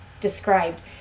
described